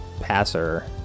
passer